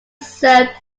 served